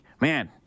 Man